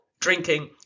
drinking